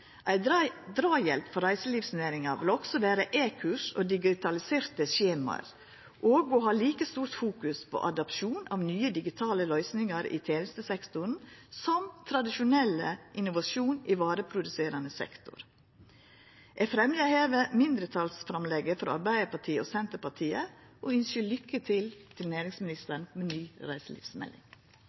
Ei drahjelp for reiselivsnæringa vil også vera e-kurs og digitaliserte skjema og å fokusera like mykje på adapsjon av nye digitale løysingar i tenestesektoren som på tradisjonell innovasjon i vareproduserande sektor. Eg fremjar hermed mindretalsframlegget frå Arbeidarpartiet og Senterpartiet og ynskjer næringsministeren lukke til med ny reiselivsmelding.